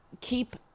keep